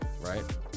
right